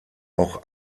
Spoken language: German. auch